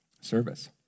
service